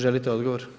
Želite odgovor?